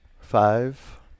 Five